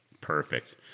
perfect